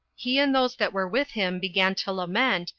he and those that were with him began to lament,